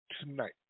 tonight